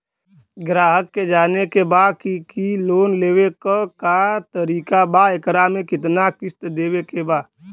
ग्राहक के जाने के बा की की लोन लेवे क का तरीका बा एकरा में कितना किस्त देवे के बा?